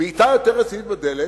בעיטה יותר רצינית בדלת,